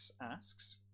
asks